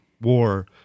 war